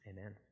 Amen